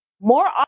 More